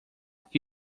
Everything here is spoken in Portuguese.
que